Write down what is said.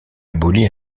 abolie